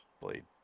Blade